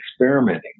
experimenting